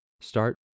start